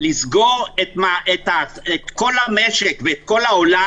סטורציית חמצן מתחת ל-93